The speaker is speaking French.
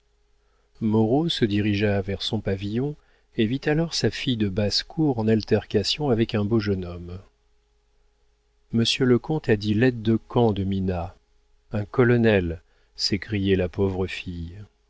moreau se dirigea vers son pavillon et vit alors sa fille de basse-cour en altercation avec un beau jeune homme monsieur le comte a dit l'aide de camp de mina un colonel s'écriait la pauvre fille